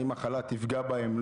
האם החל"ת תפגע בהם,